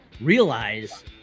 realize